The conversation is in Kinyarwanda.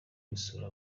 gusura